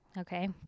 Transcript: okay